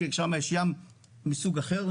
כי שם יש ים מסוג אחר.